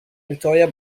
victoria